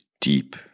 deep